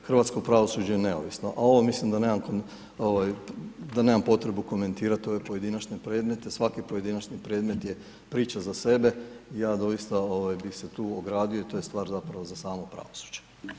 Hrvatsko pravosuđe je neovisnost, a ovo mislim, da nemam potrebu komentirati ove pojedinačne predmete, svaki pojedinačni predmet je priča za sebe i ja doista bi se tu ogradio i to je stvar zapravo za samo pravosuđe.